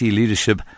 leadership